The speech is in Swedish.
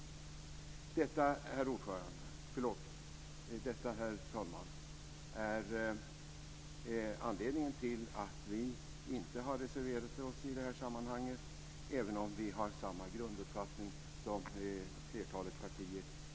Detta, herr talman, är anledningen till att vi inte har reserverat oss i det här sammanhanget, även om vi har samma grunduppfattning som flertalet partier i de här frågorna.